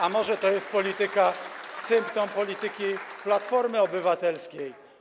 A może to jest polityka, symptom polityki Platformy Obywatelskiej?